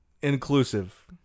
inclusive